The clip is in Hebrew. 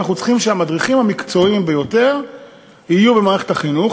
אנחנו צריכים שהמדריכים המקצועיים ביותר יהיו במערכת החינוך.